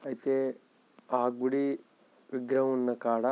అయితే ఆ గుడి విగ్రహం ఉన్న కాడ